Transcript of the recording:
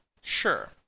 Sure